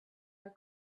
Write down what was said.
her